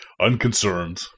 Unconcerned